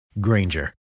Granger